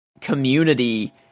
community